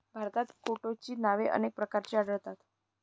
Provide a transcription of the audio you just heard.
भारतात केटोची नावे अनेक प्रकारची आढळतात